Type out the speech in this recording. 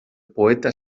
poeta